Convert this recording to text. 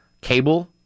Cable